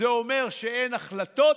זה אומר שאין החלטות,